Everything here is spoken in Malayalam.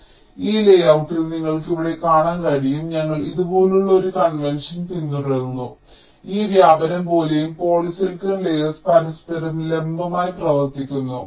അതിനാൽ ഈ ലേയൌട്ടിൽ നിങ്ങൾക്ക് ഇവിടെ കാണാൻ കഴിയും ഞങ്ങൾ ഇതുപോലുള്ള ഒരു കൺവെൻഷൻ പിന്തുടർന്നു ഈ വ്യാപനം പോലെയും പോളിസിലിക്കൺ ലേയേർസ് പരസ്പരം ലംബമായി പ്രവർത്തിക്കുന്നു